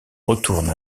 retourne